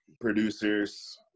producers